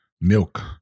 milk